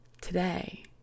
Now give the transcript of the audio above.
today